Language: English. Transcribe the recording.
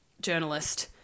journalist